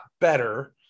better